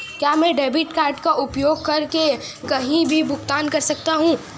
क्या मैं debit card का उपयोग करके कहीं भी भुगतान कर सकता हूं?